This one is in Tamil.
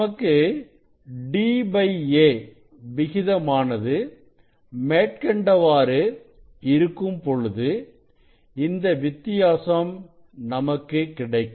நமக்கு d a விகிதமானது மேற்கண்டவாறு இருக்கும்பொழுது இந்த வித்தியாசம் நமக்கு கிடைக்கும்